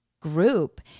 group